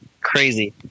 crazy